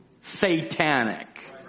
satanic